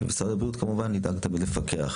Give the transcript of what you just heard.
ומשרד הבריאות כמובן ידאג תמיד לפקח.